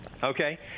Okay